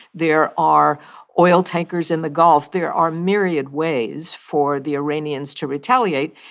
there are oil tankers in the gulf. there are myriad ways for the iranians to retaliate.